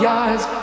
eyes